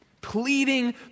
pleading